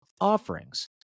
offerings